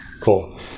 Cool